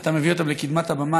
ואתה מביא אותן לקדמת הבמה.